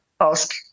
ask